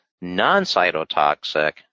non-cytotoxic